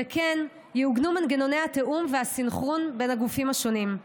וכן יעוגנו מנגנוני התיאום והסנכרון בין הגופים השונים.